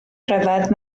rhyfedd